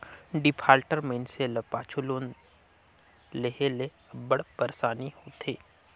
defaulter मइनसे ल पाछू लोन लेहे ले अब्बड़ पइरसानी होथे